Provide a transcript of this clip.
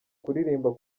kuririmba